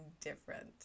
different